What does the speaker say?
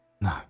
No